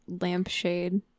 lampshade